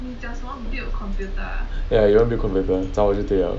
ya you want build computer 找我就对了